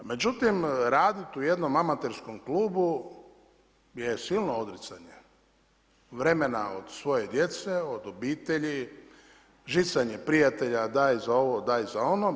Međutim, raditi u jednom amaterskom klubu je silno odricanje, vremena od svoje djece, od obitelji, žicanje prijatelja daj za ovo, daj za ono.